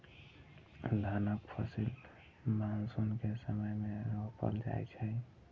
धानक फसिल मानसून के समय मे रोपल जाइ छै